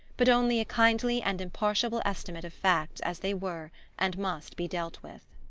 but only a kindly and impartial estimate of facts as they were and must be dealt with.